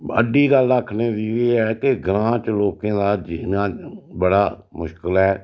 बड्डी गल्ल आखने दी एह् ऐ के ग्रांऽ च लोकें दा जीना बड़ा मुश्कल ऐ